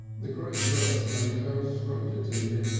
the grey dress made her a stranger to him,